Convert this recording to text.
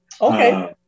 Okay